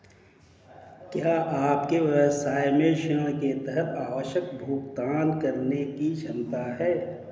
क्या आपके व्यवसाय में ऋण के तहत आवश्यक भुगतान करने की क्षमता है?